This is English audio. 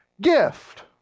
gift